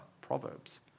Proverbs